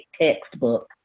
textbook